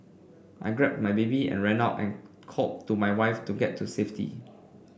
I grabbed my baby and ran out and called to my wife to get to safety